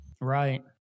Right